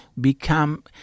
become